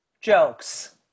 jokes